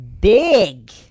big